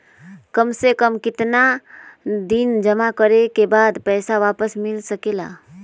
काम से कम केतना दिन जमा करें बे बाद पैसा वापस मिल सकेला?